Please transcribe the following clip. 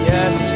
Yes